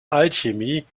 alchemie